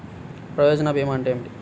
ప్రయోజన భీమా అంటే ఏమిటి?